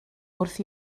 wrth